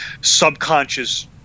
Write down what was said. subconscious